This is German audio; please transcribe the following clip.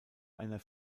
einer